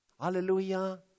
Hallelujah